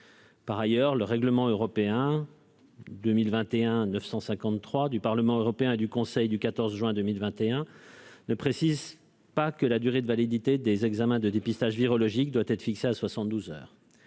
Par ailleurs le règlement européen 2021 953 du Parlement européen et du Conseil du 14 juin 2021 ne précise pas que la durée de validité des examens de dépistage virologique doit être fixé à 72 heures,